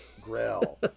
grill